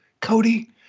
Cody